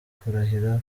kurahirira